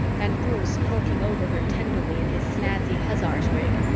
and bruce hulking over her tenderly in his snazzy hussar's rig,